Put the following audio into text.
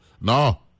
No